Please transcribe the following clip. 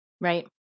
right